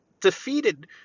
defeated